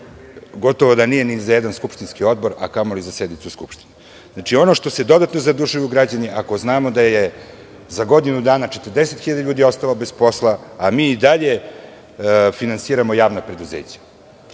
gotovo da nije ni za jedan skupštinski odbor, a kamoli za sednicu Skupštine. Znači, ono što se dodatno zadužuju građani, ako znamo da je za godinu dana 40 hiljada ljudi ostalo bez posla a mi i dalje finansiramo javna preduzeća,